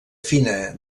fina